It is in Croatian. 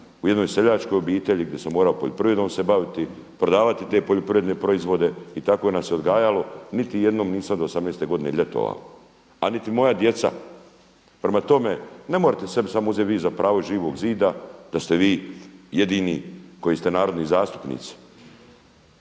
u jednoj seljačkoj obitelji gdje sam morao poljoprivredom se baviti, prodavati te poljoprivredne proizvode. I tako nas je odgajao. Niti jednom nisam od 18 godine ljetovao, a niti moja djeca. Prema tome, ne morate sebi samo uzet vi za pravo iz Živog zida da ste vi jedini koji ste narodni zastupnici.